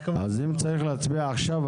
אם צריך להצביע עכשיו,